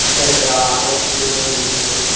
అంటే ఆల్ఔట్స్ లేదా Good night